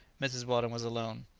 mrs. weldon was alone.